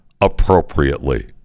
appropriately